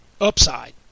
upside